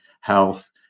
health